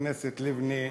חברת הכנסת לבני,